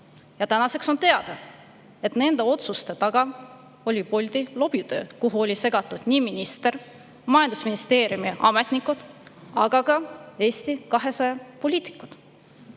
Tänaseks on teada, et nende otsuste taga oli Bolti lobitöö, kuhu olid segatud nii minister, majandusministeeriumi ametnikud kui ka Eesti 200 poliitikud.